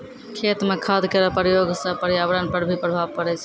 खेत म खाद केरो प्रयोग सँ पर्यावरण पर भी प्रभाव पड़ै छै